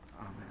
Amen